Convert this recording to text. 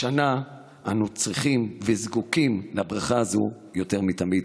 השנה אנו צריכים וזקוקים לברכה הזאת יותר מתמיד.